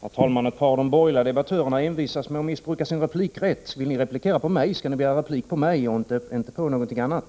Herr talman! Ett par av de borgerliga debattörerna envisas med att missbruka sin replikrätt. Vill ni replikera med anledning av mina inlägg skall ni begära replik på mig och inte på någonting annat.